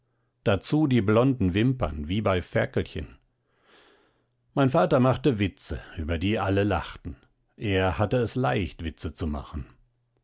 dazu die blonden wimpern wie bei ferkelchen mein vater machte witze über die alle lachten er hatte es leicht witze zu machen